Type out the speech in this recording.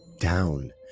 down